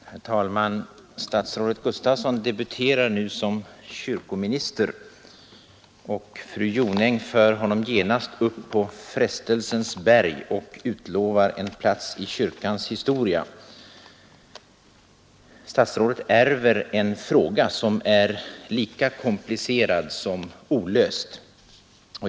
Herr talman! Statsrådet Gustafsson debuterar nu som kyrkominister, och fru Jonäng för honom genast upp på frestelsens berg och utlovar en plats i kyrkans historia! Statsrådet ärver en fråga som är lika komplicerad som olöst.